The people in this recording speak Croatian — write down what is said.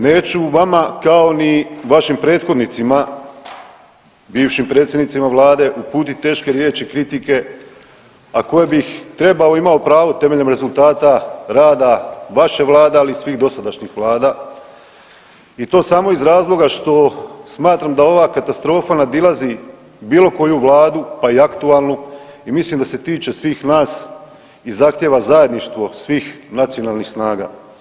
Neću vama kao ni vašim prethodnicima bivšim predsjednicima vlade uputiti teške riječi kritike, a koje bih trebao i imao pravo temeljem rezultata rada vaše vlade, ali i svih dosadašnjih vlada i to samo iz razloga što smatram da ova katastrofa nadilazi bilo koju vladu pa i aktualnu i mislim da se tiče svih nas i zahtjeva zajedništvo svih nacionalnih snaga.